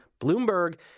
Bloomberg